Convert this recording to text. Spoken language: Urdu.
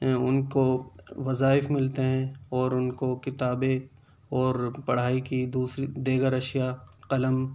ان کو وظائف ملتے ہیں اور ان کو کتابیں اور پڑھائی کی دوسری دیگر اشیاء قلم